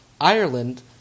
Ireland